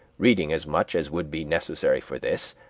reading as much as would be necessary for this